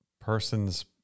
person's